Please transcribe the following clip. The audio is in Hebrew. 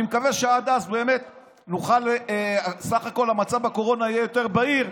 אני מקווה שעד אז המצב בקורונה יהיה באמת בסך הכול יותר בהיר,